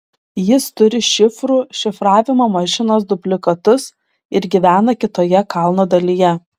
jis turi šifrų šifravimo mašinos dublikatus ir gyvena kitoje kalno dalyje